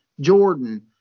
Jordan